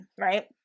right